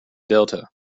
delta